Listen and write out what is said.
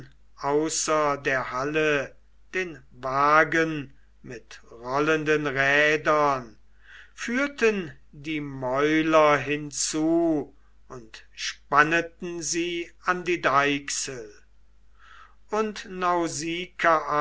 außer der halle den wagen mit rollenden rädern führten die mäuler hinzu und spanneten sie an die deichsel und